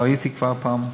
הייתי כבר פעם,